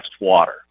water